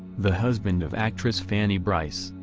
the husband of actress fanny brice,